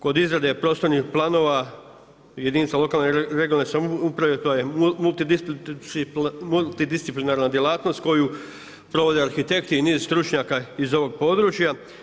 Kod izrade prostornih planova jedinice lokalne i regionalne samouprave, to je multidisciplinarna djelatnost koju provode arhitekti i niz stručnjaka iz ovog područja.